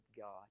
God